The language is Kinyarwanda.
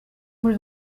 muri